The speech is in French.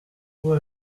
vous